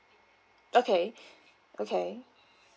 okay okay